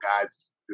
guys